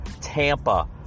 Tampa